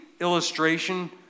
illustration